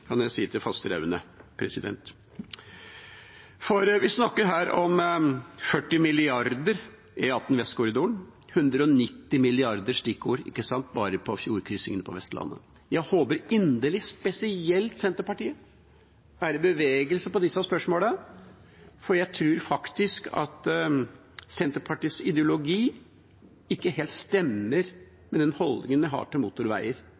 kan jeg si til Fasteraune. For vi snakker her om 40 mrd. kr for E18 Vestkorridoren. 190 mrd. kr er et stikkord bare på fjordkryssingene på Vestlandet. Jeg håper inderlig at spesielt Senterpartiet er i bevegelse på disse spørsmålene, for jeg tror faktisk at Senterpartiets ideologi ikke helt stemmer med den holdningen de har til motorveier